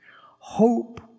Hope